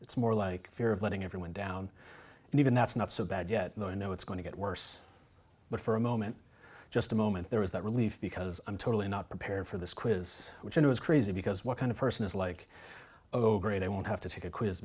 it's more like fear of letting everyone down and even that's not so bad yet i know it's going to get worse but for a moment just a moment there was that relief because i'm totally not prepared for this quiz which it was crazy because what kind of person is like oh great i won't have to take a quiz